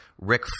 Rick